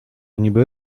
niby